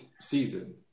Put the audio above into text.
season